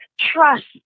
trust